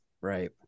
Right